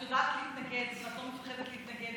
את יודעת איך להתנגד ואת לא מפחדת להתנגד.